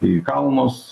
į kalnus